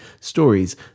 stories